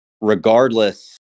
Regardless